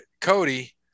Cody